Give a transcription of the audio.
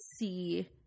see